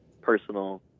personal